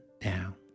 down